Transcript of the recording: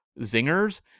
zingers